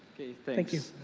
thank you.